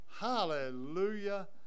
Hallelujah